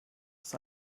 das